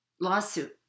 lawsuit